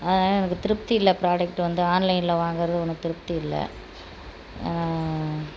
எனக்கு திருப்தி இல்லை பிராடக்ட் வந்து ஆன்லைனில் வாங்கிறது ஒன்றும் திருப்தி இல்லை